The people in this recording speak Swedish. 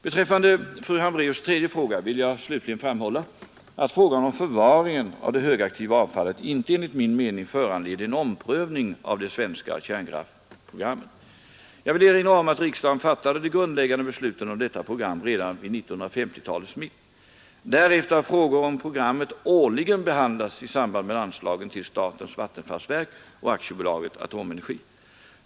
Beträffande fru Hambraeus” tredje fråga vill jag slutligen framhålla att problemet med förvaringen av det högaktiva avfallet inte enligt min kort att föreslå Kungl. Maj:t att sakkunniga tillkallas med uppgift att utreda frågan om behandling och förvaring av radioaktivt avfall. Avsikten mening föranleder en omprövning av det svenska kärnkraftprogrammet. - kärnkraften Jag vill erinra om att riksdagen fattade de grundläggande besluten om detta program redan vid 1950-talets mitt. Därefter har frågor om programmet årligen behandlats i samband med anslagen till statens vattenfallsverk och AB Atomenergi.